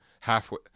halfway